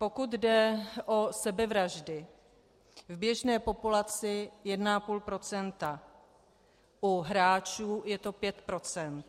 Pokud jde o sebevraždy, v běžné populaci jeden a půl procenta, u hráčů je to pět procent.